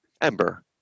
Ember